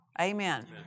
Amen